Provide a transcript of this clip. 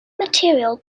material